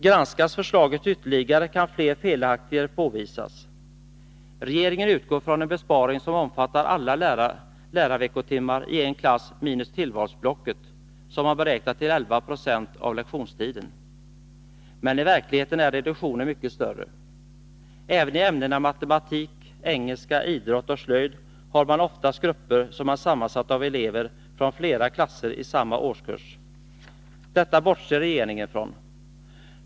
Granskas förslaget ytterligare kan fler felaktigheter påvisas. Regeringen utgår från en besparing som omfattar alla lärarveckotimmar i en klass minus tillvalsblocket, som man beräknar till 11 2 av lektionstiden. Men i verkligheten är reduktionen mycket större. Även i ämnena matematik, engelska, idrott och slöjd har man oftast grupper som är sammansatta av elever från flera klasser i samma årskurs. Detta bortser regeringen från.